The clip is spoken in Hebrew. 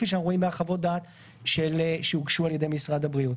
כפי שאנחנו רואים בחוות הדעת שהוגשו על ידי משרד הבריאות.